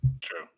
true